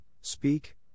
Speak